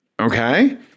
Okay